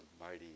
mighty